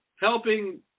helping